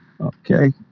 okay